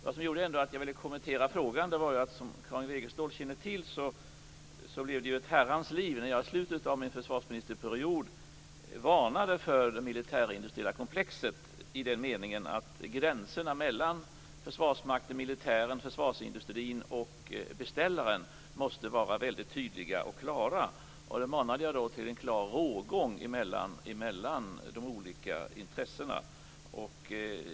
Det som gjorde att jag ville kommentera frågan var att det, som Karin Wegestål känner till, blev ett herrans liv när jag i slutet av min försvarsministerperiod varnade för det militärindustriella komplexet. Gränserna mellan Försvarsmakten, militären, försvarsindustrin och beställaren måste vara väldigt tydliga och klara. Jag manade till en klar rågång mellan de olika intressena.